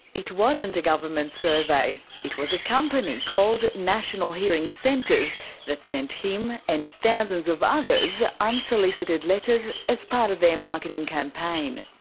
it wasn't a government survey. it was a company called national hearing centres that sent him and thousands of others unsolicited letters as part of their marketing campaign.